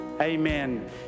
Amen